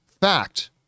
fact